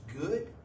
good